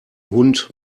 hund